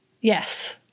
yes